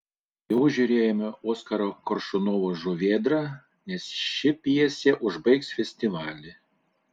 jau žiūrėjome oskaro koršunovo žuvėdrą nes ši pjesė užbaigs festivalį